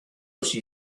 she